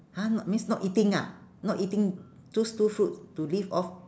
!huh! not means not eating ah not eating choose two food to live off